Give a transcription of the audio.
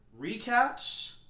recaps